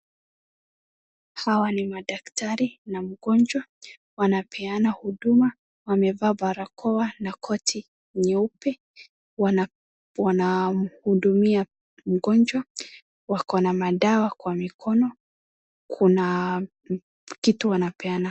Hawa ni madaktari na mgonjwa wanapeana huduma, wamevaa barakoa na koti nyeupe wanamhudumia mgonjwa, wako na madawa kwa mikono kuna kitu wanapeana.